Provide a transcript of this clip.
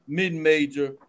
mid-major